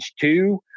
two